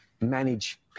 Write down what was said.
manage